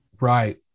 Right